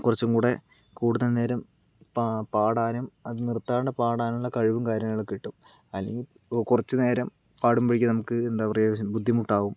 കുറച്ചുകൂടെ കൂടുതൽ നേരം പാടാനും അത് നിർത്താണ്ട് പാടാനുള്ള കഴിവും കാര്യങ്ങളൊക്കെ കിട്ടും അല്ലെങ്കിൽ കുറച്ചുനേരം പാടുമ്പോഴേക്ക് നമുക്ക് എന്താ പറയുക ലേശം ബുദ്ധിമുട്ടാവും